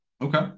Okay